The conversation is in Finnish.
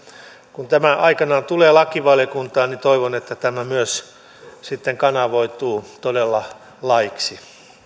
kun tämä aikanaan tulee lakivaliokuntaan toivon että tämä myös sitten kanavoituu todella laiksi